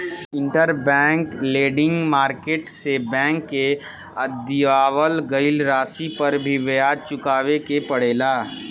interbank lending market से bank के दिअवावल गईल राशि पर भी ब्याज चुकावे के पड़ेला